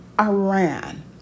Iran